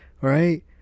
right